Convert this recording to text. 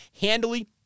handily